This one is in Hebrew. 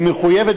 היא מחויבת,